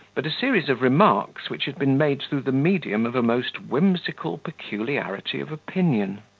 but a series of remarks, which had been made through the medium of a most whimsical peculiarity of opinion.